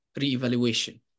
re-evaluation